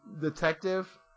detective